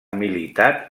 militat